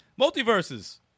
Multiverses